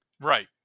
Right